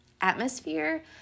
atmosphere